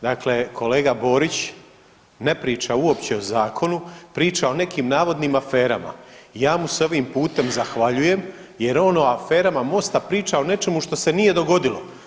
Dakle kolega Borić ne priča uopće o zakonu, priča o nekim navodnim aferama i ja mu se ovim putem zahvaljujem jer on o aferama Mosta priča o nečemu što se nije dogodilo.